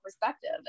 perspective